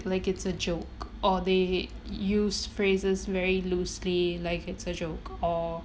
like it's a joke or they use phrases very loosely like it's a joke or